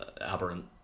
aberrant